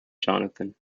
jonathan